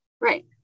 Right